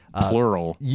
Plural